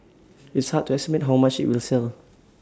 it's hard to estimate how much IT will sell